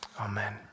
amen